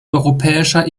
europäischer